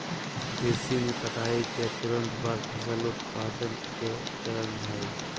कृषि में कटाई के तुरंत बाद फसल उत्पादन के चरण हइ